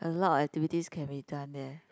a lot of activities can be done there